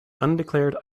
undeclared